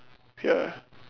ya